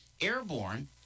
Airborne